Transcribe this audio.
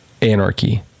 anarchy